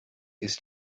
ist